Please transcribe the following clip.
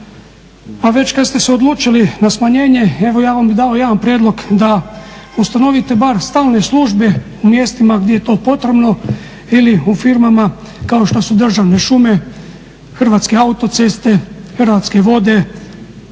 Pa već kada ste se odlučili na smanjenje, evo ja bih vam dao jedan prijedlog da ustanovite bar stalne službe u mjestima gdje je to potrebno ili u firmama kao što su državne šume, Hrvatske autoceste, Hrvatske vode,